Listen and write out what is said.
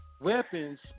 weapons